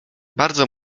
bardzo